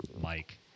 Mike